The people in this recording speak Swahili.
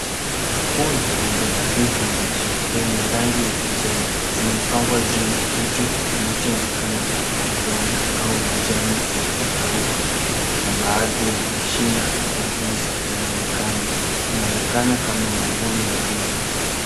Huu ni rundo la ndizi mbichi yenye rangi ya kijani. Zimepangwa juu ya kitu kinachoonekana kama udongo au majani yaliyo kauka na baadhi ya mashina ya ndizi inaonekana. Inaonekana kama mavuno ya ndizi.